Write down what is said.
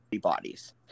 bodies